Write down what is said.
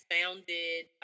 founded